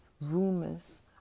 rumors